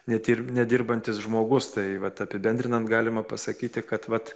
netir nedirbantis žmogus tai vat apibendrinant galima pasakyti kad vat